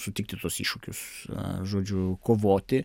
sutikti tuos iššūkius žodžiu kovoti